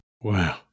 Wow